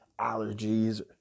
allergies